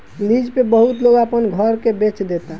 lease पे बहुत लोग अपना घर के बेच देता